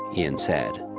ian said.